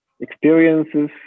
experiences